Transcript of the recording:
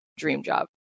DREAMJob